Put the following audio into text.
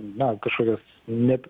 na kažkokios ne